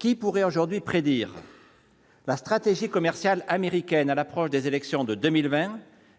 Qui pourrait aujourd'hui prédire la stratégie commerciale américaine à l'approche des élections de 2020